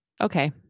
okay